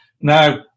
Now